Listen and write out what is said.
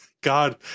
God